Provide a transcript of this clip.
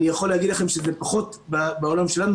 אני יכול להגיד לכם שזה פחות בעולם שלנו,